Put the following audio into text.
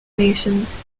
nations